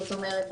זאת אומרת,